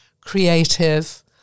creative